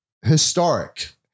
Historic